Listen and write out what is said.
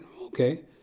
okay